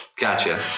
Gotcha